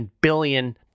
billion